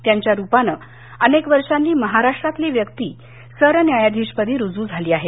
त्यांच्या रूपानं अनेक वर्षांनी महाराष्ट्रातली व्यक्ती सरन्यायाधीशपदी रुजू झाली आहे